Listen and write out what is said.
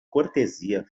cortesia